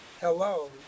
Hello